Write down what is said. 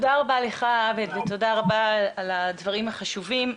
תודה רבה לך, עבד, ותודה רבה על הדברים החשובים.